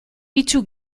itsu